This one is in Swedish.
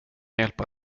hjälpa